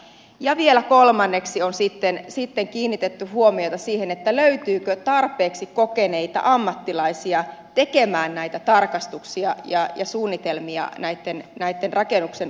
ja vielä kolmanneksi on sitten kiinnitetty huomiota siihen löytyykö tarpeeksi kokeneita ammattilaisia tekemään näitä tarkastuksia ja suunnitelmia näitten rakennuksen omistajien kanssa